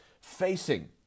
facing